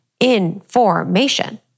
information